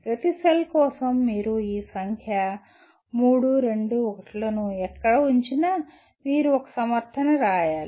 ప్రతి సెల్ కోసం మీరు ఈ సంఖ్య 3 2 1 ను ఎక్కడ ఉంచినా మీరు ఒక సమర్థన రాయాలి